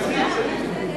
שמית,